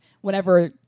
whenever